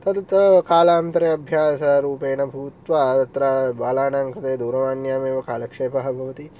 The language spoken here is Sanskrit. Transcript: तत्तु कालान्तरे अभ्यासरूपेण भूत्वा तत्र बालाणाङ्कृते दूरवाण्येव कालक्षेपः भवति